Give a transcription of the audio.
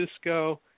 Cisco